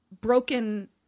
broken